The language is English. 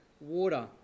water